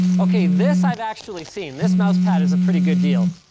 okay, this i've actually seen. this mouse pad is a pretty good deal.